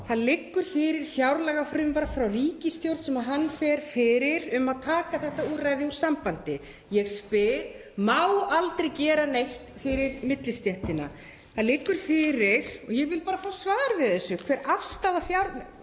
Það liggur fyrir fjárlagafrumvarp frá ríkisstjórn sem hann fer fyrir um að taka þetta úrræði úr sambandi. Ég spyr: Má aldrei gera neitt fyrir millistéttina? Það liggur fyrir — og ég vil bara fá svar við því hver afstaða hæstv.